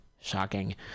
Shocking